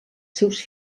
seus